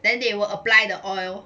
then they will apply the oil